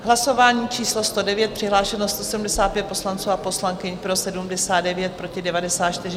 Hlasování číslo 109, přihlášeno 175 poslanců a poslankyň, pro 79, proti 94.